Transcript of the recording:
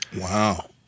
Wow